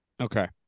Okay